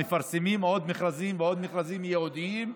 מפרסמים עוד מכרזים ועוד מכרזים ייעודיים.